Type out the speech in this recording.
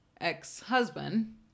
ex-husband